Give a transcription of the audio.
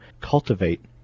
cultivate